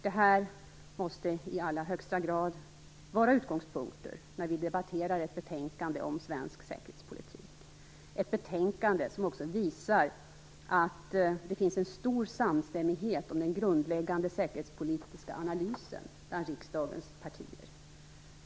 Detta måste i allra högsta grad vara utgångspunkter när vi debatterar ett betänkande om svensk säkerhetspolitik - ett betänkande som också visar att det finns en stor samstämmighet om den grundläggande säkerhetspolitiska analysen bland riksdagens partier.